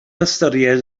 ystyried